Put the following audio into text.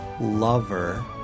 Lover